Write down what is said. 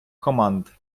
команд